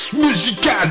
musical